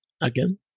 Again